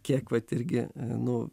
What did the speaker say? kiek vat irgi nu